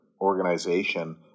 organization